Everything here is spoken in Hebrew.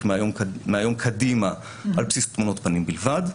מהיום קדימה על בסיס תמונות פנים בלבד.